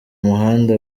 muhanda